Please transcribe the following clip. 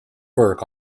burke